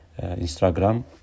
Instagram